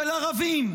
של ערבים,